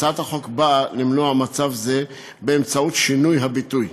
והצעת החוק נועדה למנוע מצב זה באמצעות שינוי הביטוי.